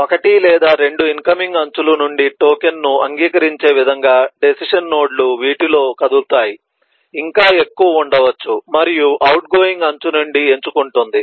ఒకటి లేదా రెండు ఇన్కమింగ్ అంచుల నుండి టోకెన్ను అంగీకరించే విధంగా డెసిషన్ నోడ్లు వీటిలో కదులుతాయి ఇంకా ఎక్కువ ఉండవచ్చు మరియు అవుట్గోయింగ్ అంచు నుండి ఎంచుకుంటుంది